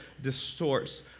distorts